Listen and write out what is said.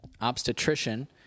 obstetrician